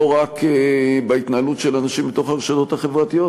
לא רק בהתנהלות של אנשים בתוך הרשתות החברתיות,